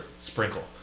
Sprinkle